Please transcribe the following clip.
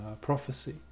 prophecy